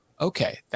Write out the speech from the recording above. Okay